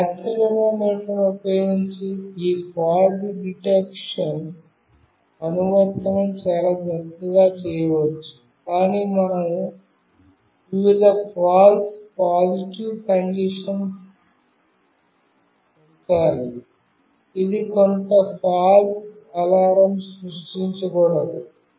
ఈ యాక్సిలెరోమీటర్ను ఉపయోగించి ఈ ఫాల్ట్ డిటెక్షన్ అనువర్తనం చాలా చక్కగా చేయవచ్చు కాని మనం వివిధ false positive conditions ఉంచాలి ఇది కొంత false alarm సృష్టించకూడదు